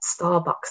starbucks